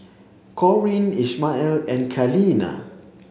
Corinne Ishmael and Kaleena